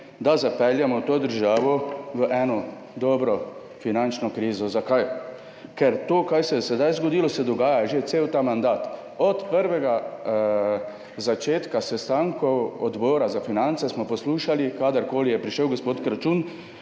da zapeljemo to državo v eno dobro finančno krizo. Zakaj? Ker se to, kar se je sedaj zgodilo, dogaja že cel ta mandat. Od prvega začetka sestankov Odbora za finance smo poslušali podobne zadeve, kadarkoli je prišel gospod Kračun.